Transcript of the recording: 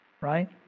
right